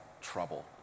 trouble